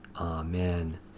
Amen